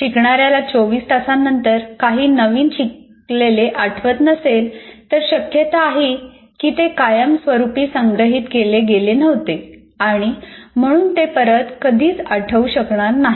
शिकणाऱ्याला चोवीस तासानंतर काही नवीन शिकलेले आठवत नसेल तर शक्यता आहे की ते कायमस्वरूपी संग्रहित केले गेले नव्हते आणि म्हणून ते परत कधीच आठवू शकणार नाही